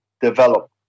develop